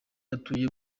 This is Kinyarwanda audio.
atuye